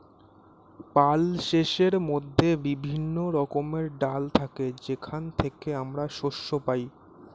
পালসেসের মধ্যে বিভিন্ন রকমের ডাল থাকে যেখান থেকে আমরা শস্য পাই